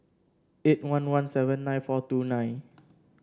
eight one one seven nine four two nine